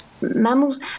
mammals